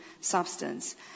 substance